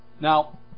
Now